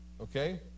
Okay